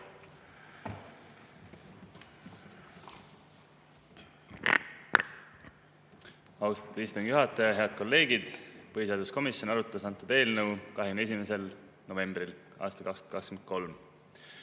Austatud istungi juhataja! Head kolleegid! Põhiseaduskomisjon arutas eelnõu 21. novembril aastal 2023.